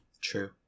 True